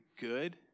good